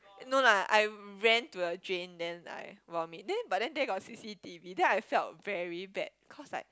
no lah I ran to the drain then I vomit then but then there got C_C_T_V then I felt very bad cause like